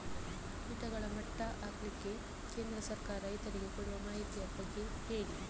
ಕೀಟಗಳ ಮಟ್ಟ ಹಾಕ್ಲಿಕ್ಕೆ ಕೇಂದ್ರ ಸರ್ಕಾರ ರೈತರಿಗೆ ಕೊಡುವ ಮಾಹಿತಿಯ ಬಗ್ಗೆ ಹೇಳಿ